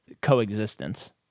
coexistence